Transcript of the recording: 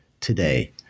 today